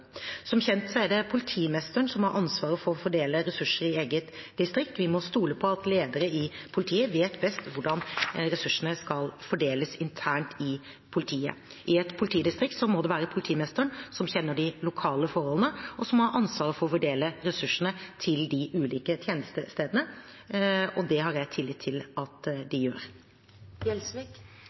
Som kjent er det politimesteren som har ansvaret for å fordele ressursene i eget distrikt. Vi må stole på at ledere i politiet vet best hvordan ressursene skal fordeles internt i politiet. I et politidistrikt må det være politimesteren, som kjenner de lokale forholdene, som må ha ansvaret for å fordele ressurser til de ulike tjenestestedene. Det har jeg tillit til at de gjør.